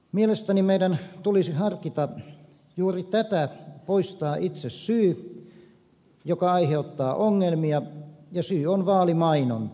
mielestäni meidän tulisi harkita juuri tätä poistaa itse syy joka aiheuttaa ongelmia ja syy on vaalimainonta